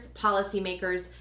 policymakers